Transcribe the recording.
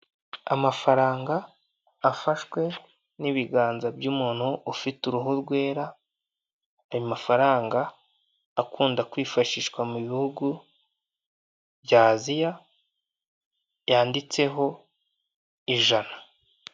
Amafaranga afashwe n'ibiganza by'umuntu ufite uruhu rwera. Ni amafaranga akunda kwifashishwa mu bihugu by'Aziya yanditseho ijana.